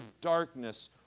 darkness